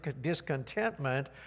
discontentment